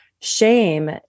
Shame